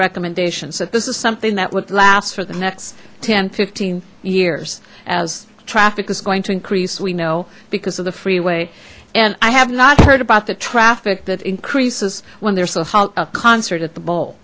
recommendation said this is something that would last for the next ten fifteen years as traffic is going to increase we know because of the freeway and i have not heard about the traffic that increases when there's a concert at the b